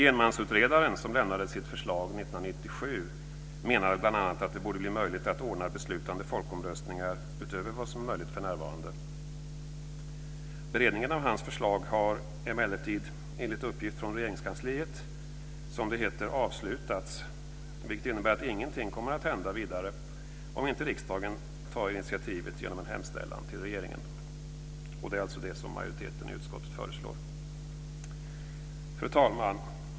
Enmansutredaren, som lämnade sitt förslag 1997, menade bl.a. att det borde bli möjligt att anordna beslutande folkomröstningar utöver vad som är möjligt för närvarande. Beredningen av hans förslag har emellertid enligt uppgift från Regeringskansliet - som det heter - avslutats, vilket innebär att ingenting kommer att hända vidare, om inte riksdagen tar initiativet genom en hemställan till regeringen. Det är också detta som utskottets majoritet föreslår. Fru talman!